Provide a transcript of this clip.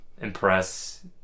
impress